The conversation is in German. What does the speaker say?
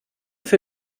für